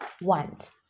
want